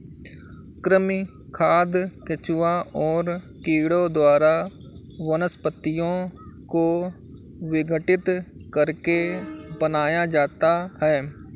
कृमि खाद केंचुआ और कीड़ों द्वारा वनस्पतियों को विघटित करके बनाया जाता है